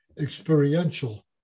experiential